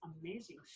amazing